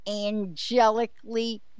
angelically